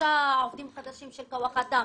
שישה עובדים חדשים של כוח אדם.